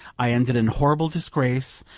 i ended in horrible disgrace.